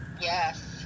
Yes